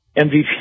MVP